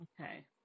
Okay